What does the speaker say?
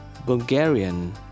Bulgarian